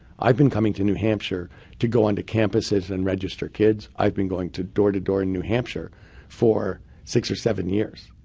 i've been coming to new hampshire to go into campuses and register kids. i've been going door to door in new hampshire for six or seven years.